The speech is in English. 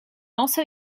also